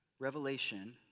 Revelation